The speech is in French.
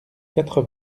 quatre